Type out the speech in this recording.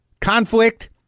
conflict